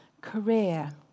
career